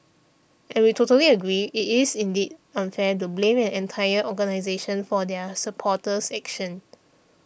and we totally agree it is indeed unfair to blame an entire organisation for their supporters actions